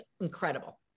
incredible